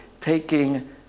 taking